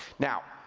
now,